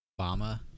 Obama